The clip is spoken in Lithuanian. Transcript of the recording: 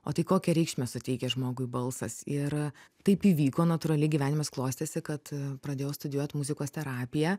o tai kokią reikšmę suteikia žmogui balsas ir taip įvyko natūraliai gyvenimas klostėsi kad pradėjau studijuot muzikos terapiją